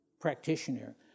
practitioner